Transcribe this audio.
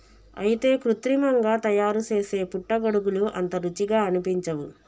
అయితే కృత్రిమంగా తయారుసేసే పుట్టగొడుగులు అంత రుచిగా అనిపించవు